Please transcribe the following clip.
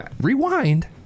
rewind